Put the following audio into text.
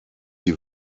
die